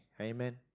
amen